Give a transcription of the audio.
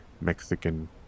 mexican